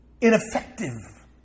ineffective